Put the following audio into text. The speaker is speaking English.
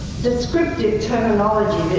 descriptive terminology